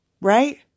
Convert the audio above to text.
right